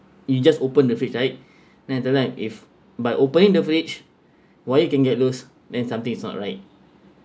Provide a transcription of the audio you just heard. you just open the fridge right then after that if by opening the fridge wire can get loose then something is not right